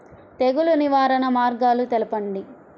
తెగులు నివారణ మార్గాలు తెలపండి?